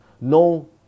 no